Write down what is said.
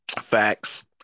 facts